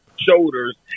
shoulders